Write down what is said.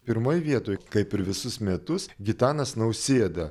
pirmoj vietoj kaip ir visus metus gitanas nausėda